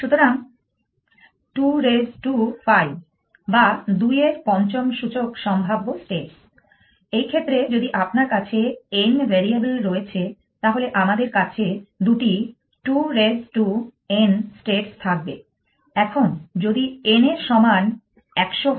সুতরাং 2 raise to 5 বা ২ এর পঞ্চম সূচক সম্ভাব্য স্টেটস এই ক্ষেত্রে যদি আপনার কাছে n ভ্যারিয়েবল রয়েছে তাহলে আমাদের কাছে দুটি 2 রেজ টু n স্টেটস থাকবে এখন যদি n এর সমান 100 হয়